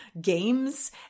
games